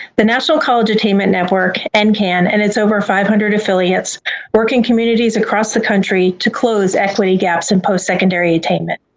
the national college attainment network, and ncan, and its over five hundred affiliates work in communities across the country to close equity gaps in postsecondary attainment.